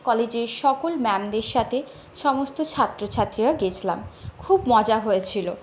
কলেজের সকল ম্যামদের সাথে সমস্ত ছাত্র ছাত্রীরা গেছিলাম খুব মজা হয়েছিল